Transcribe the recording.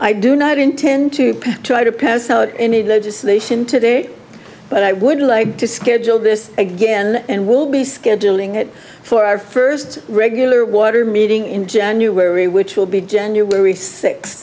i do not intend to try to pass out any legislation today but i would like to schedule this again and we'll be scheduling it for our first regular water meeting in january which will be january six